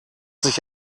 sich